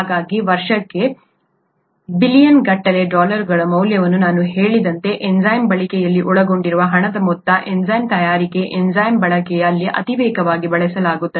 ಹಾಗಾಗಿ ವರ್ಷಕ್ಕೆ ಬಿಲಿಯನ್ಗಟ್ಟಲೆ ಡಾಲರ್ಗಳ ಮೌಲ್ಯವನ್ನು ನಾನು ಹೇಳಿದಂತೆ ಎನ್ಝೈಮ್ ಬಳಕೆಯಲ್ಲಿ ಒಳಗೊಂಡಿರುವ ಹಣದ ಮೊತ್ತ ಎನ್ಝೈಮ್ ತಯಾರಿಕೆ ಎನ್ಝೈಮ್ ಬಳಕೆ ಅಲ್ಲಿ ಅತೀವವಾಗಿ ಬಳಸಲಾಗುತ್ತದೆ